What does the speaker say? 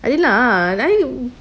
adela I